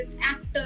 actor